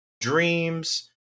dreams